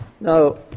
Now